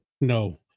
No